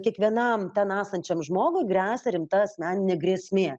kiekvienam ten esančiam žmogui gresia rimta asmeninė grėsmė